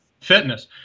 fitness